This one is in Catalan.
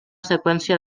seqüència